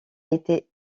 été